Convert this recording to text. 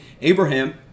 Abraham